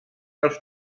als